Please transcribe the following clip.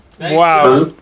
Wow